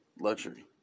Luxury